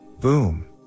boom